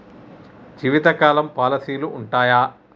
జీవితకాలం పాలసీలు ఉంటయా?